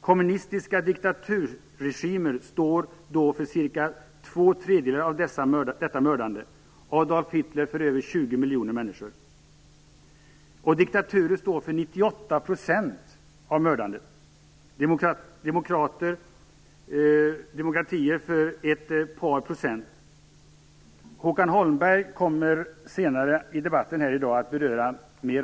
Kommunistiska diktaturregimer står då för cirka två tredjedelar av detta mördande och Adolf Hitler för över 20 miljoner döda människor. Diktaturer står för 98 % av mördandet och demokratier för ett par procent. Håkan Holmberg kommer senare i debatten här i dag att beröra